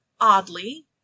oddly